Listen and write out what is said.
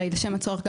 הרי לשם הצורך,